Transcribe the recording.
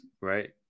right